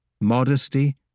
modesty